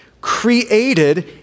Created